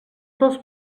dels